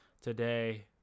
today